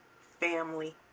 family